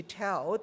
tell